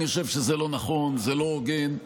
אני חושב שזה לא נכון, זה לא הוגן.